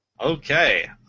Okay